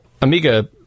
Amiga